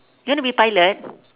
you want to be a pilot